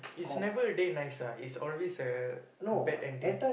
is never a day nice ah is always a bad ending